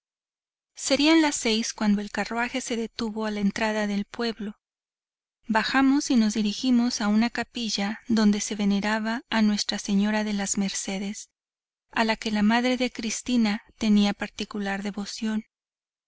serían las seis cuando el carruaje se detuvo a la entrada del pueblo bajamos y nos dirigimos a una capilla donde se veneraba a nuestra señora de las mercedes a la que la madre de cristina tenía particular devoción